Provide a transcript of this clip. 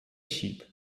sheep